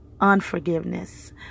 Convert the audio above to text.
unforgiveness